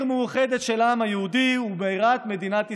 מאוחדת של העם היהודי ובירת מדינת ישראל.